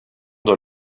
dans